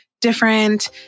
different